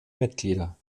mitglieder